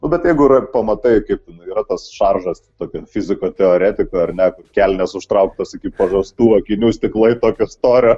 nu bet jeigu yra pamatai kaip yra tas šaržas tokio fiziko teoretiko ar ne kelnės užtrauktos iki pažastų akinių stiklai tokio storio